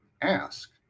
ask